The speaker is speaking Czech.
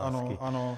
Ano, ano.